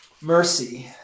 mercy